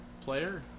player